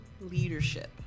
leadership